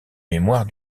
mémoires